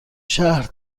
شهر